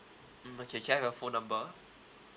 mm okay can I have your phone number